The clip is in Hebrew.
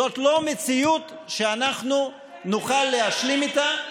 זאת לא מציאות שאנחנו נוכל להשלים איתה,